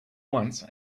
once